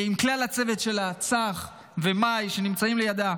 עם כלל הצוות שלה, צח ומאי, שנמצאים לידה.